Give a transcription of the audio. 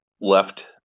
left